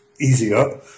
easier